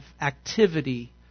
activity